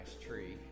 tree